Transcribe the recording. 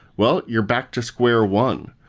well, you're back to square one.